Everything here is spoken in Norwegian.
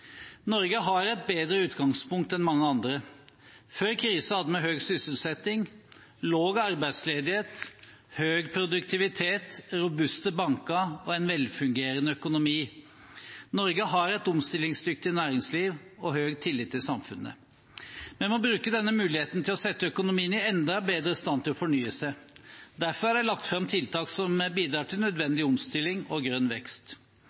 Norge har et bedre utgangspunkt enn mange andre. Før krisen hadde vi høy sysselsetting, lav arbeidsledighet, høy produktivitet, robuste banker og en velfungerende økonomi. Norge har et omstillingsdyktig næringsliv og høy tillit i samfunnet. Vi må bruke denne muligheten til å sette økonomien enda bedre i stand til å fornye seg. Derfor er det lagt fram tiltak som bidrar til nødvendig omstilling og grønn vekst.